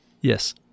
Yes